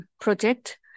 project